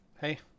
Hey